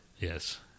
Yes